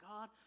God